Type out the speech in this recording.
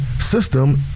system